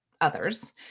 others